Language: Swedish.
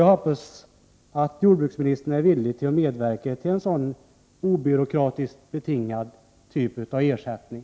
Jag hoppas att jordbruksministern är villig att medverka till uppbyggandet av en sådan obyråkratisk typ av ersättning.